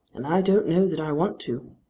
and i don't know that i want to.